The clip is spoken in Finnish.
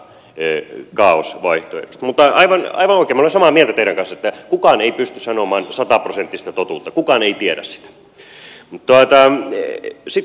mutta aivan oikein minä olen samaa mieltä teidän kanssanne että kukaan ei pysty sanomaan sataprosenttista totuutta kukaan ei tiedä sitä